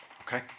Okay